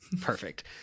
perfect